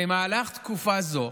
במהלך תקופה זו